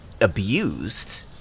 abused